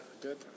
Good